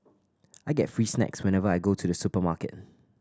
I get free snacks whenever I go to the supermarket